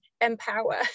empower